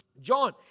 John